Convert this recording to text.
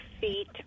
feet